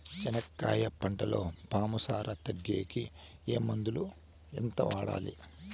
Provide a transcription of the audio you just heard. చెనక్కాయ పంటలో పాము సార తగ్గేకి ఏ మందులు? ఎంత వాడాలి?